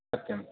सत्यं